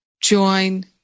join